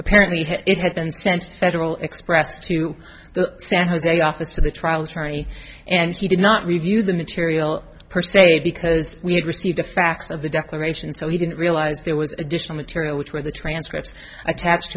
apparently hit it had been sent federal express to the san jose office to the trial attorney and he did not review the material per se because we had received a fax of the declaration so he didn't realize there was additional material which were the transcripts attached